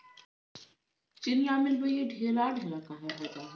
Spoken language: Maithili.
फाइनेंसियल इंजीनियरिंग में मैथमेटिकल फाइनेंस आ कंप्यूटेशनल फाइनेंस के शाखाओं मिलल रहइ छइ